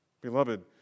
Beloved